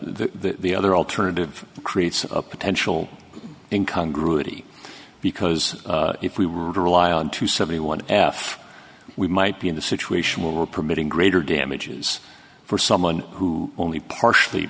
e other alternative creates a potential income groody because if we were to rely on to seventy one f we might be in a situation where we're permitting greater damages for someone who only partially